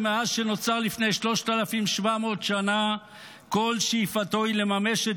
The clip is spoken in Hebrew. שמאז שנוצר לפני 3,700 שנה כל שאיפתו היא לממש את